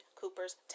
Cooper's